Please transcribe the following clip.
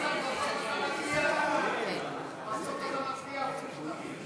כהצעת הוועדה, נתקבלו.